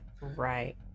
right